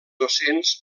docents